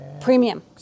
premium